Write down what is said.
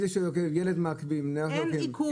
אין עיכוב.